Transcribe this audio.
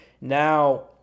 Now